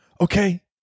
Okay